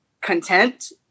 content